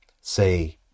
say